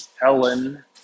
Helen